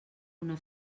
una